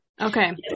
Okay